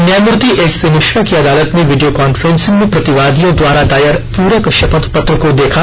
न्यायमूर्ति एचसी मिश्रा की अदालत ने वीडियो काफ्रेंसिंग में प्रतिवादियों द्वारा दायर प्रक शपथ पत्र को देखा